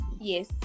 Yes